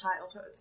childhood